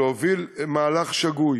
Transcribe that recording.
להוביל מהלך שגוי